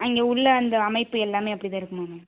அங்கே உள்ள அந்த அமைப்பு எல்லாமே அப்படி தான் இருக்குமா மேம்